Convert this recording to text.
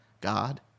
God